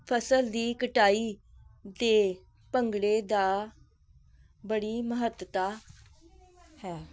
ਫਸਲ ਦੀ ਕਟਾਈ ਦੇ ਭੰਗੜੇ ਦਾ ਬੜੀ ਮਹੱਤਤਾ ਹੈ